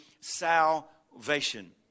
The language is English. salvation